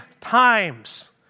times